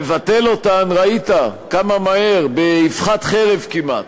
לבטל אותן, ראית כמה מהר, באבחת חרב כמעט.